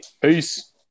Peace